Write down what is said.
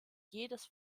jedes